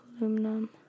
aluminum